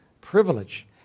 privilege